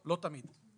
לא, לא תמיד.